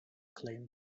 claim